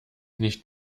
nicht